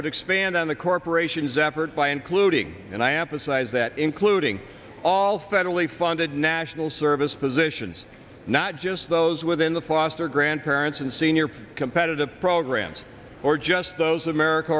would expand on the corporation's effort by including and i emphasize that including all federally funded national service positions not just those within the foster grandparents and senior competitive programs or just those of america